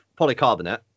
polycarbonate